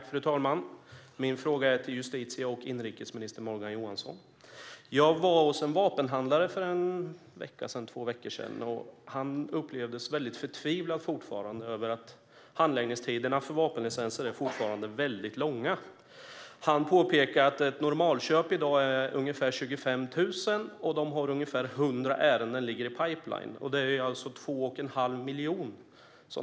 Fru talman! Min fråga går till justitie och inrikesminister Morgan Johansson. Jag var för en eller två veckor sedan hos en vapenhandlare. Han kände stor förtvivlan över att handläggningstiderna för vapenlicenser fortfarande är väldigt långa. Han påpekade att ett normalköp i dag ligger på ungefär 25 000. För företaget ligger ungefär 100 ärenden i pipeline, vilket innebär att de kanske får vänta på 2 1⁄2 miljon.